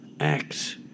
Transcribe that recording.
Acts